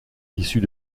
issus